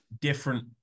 different